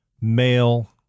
male